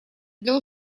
для